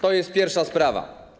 To jest pierwsza sprawa.